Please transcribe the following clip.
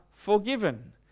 Forgiven